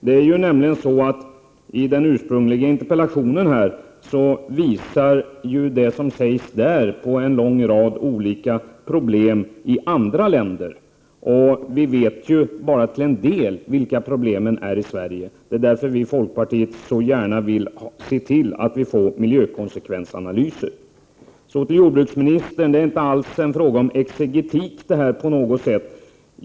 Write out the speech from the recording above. Det som sägs i den ursprungliga interpellationen visar på en lång rad olika problem i andra länder, och vi vet bara till en del vilka problemen är i Sverige. Därför vill vi i folkpartiet gärna se till att få fram miljökonsekvensanalyser. Till jordbruksministern vill jag säga att det inte alls är fråga om exegetik.